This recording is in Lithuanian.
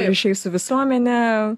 ryšiai su visuomene